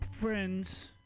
friends